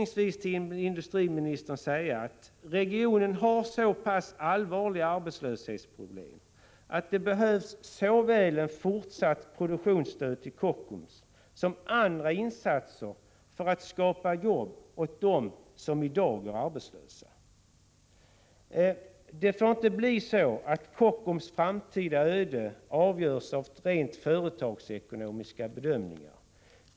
Jag vill till industriministern säga att regionen har så pass allvarliga arbetslöshetsproblem att det behövs såväl ett fortsatt produktionsstöd till Kockums som andra insatser för att skapa jobb åt dem som i dag går arbetslösa. Det får inte bli så att Kockums framtida öde avgörs på grundval av rent företagsekonomiska bedömningar.